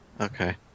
Okay